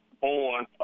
on